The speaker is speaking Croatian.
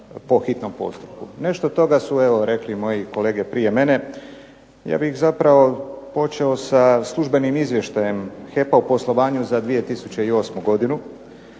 Nešto od toga su evo rekli i moji kolege prije mene. Ja bih zapravo počeo sa službenim izvještajem HEP-a o poslovanju za 2008. godinu